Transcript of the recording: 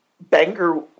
Banger